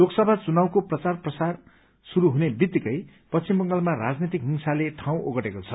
लोकसभा चुनावको प्रचार प्रसार शुरू हुने बित्तिकै पश्चिम बंगालमा राजनैतिक हिंसाले ठाउँ ओगटेको छ